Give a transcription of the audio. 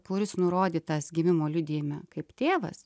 kuris nurodytas gimimo liudijime kaip tėvas